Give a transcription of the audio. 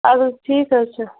اَدٕ حظ ٹھیٖک حظ چھِ